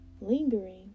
Lingering